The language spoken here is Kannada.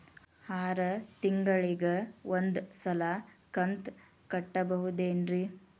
ಆರ ತಿಂಗಳಿಗ ಒಂದ್ ಸಲ ಕಂತ ಕಟ್ಟಬಹುದೇನ್ರಿ?